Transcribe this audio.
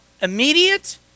immediate